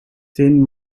tin